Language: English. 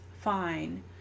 fine